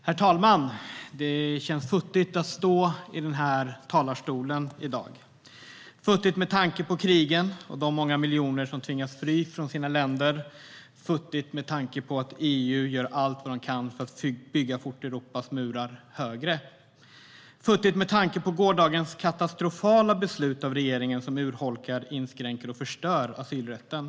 Herr talman! Det känns futtigt att stå i den här talarstolen i dag. Det känns futtigt med tanke på krigen och de många miljoner människor som tvingas fly från sina länder. Det känns futtigt med tanke på att EU gör allt vad man kan för att bygga Fort Europas murar högre. Och det känns futtigt med tanke på gårdagens katastrofala beslut av regeringen som urholkar, inskränker och förstör asylrätten.